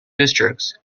districts